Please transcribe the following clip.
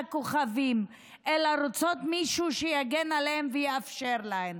כוכבים אלא רוצות מישהו שיגן עליהן ויאפשר להן.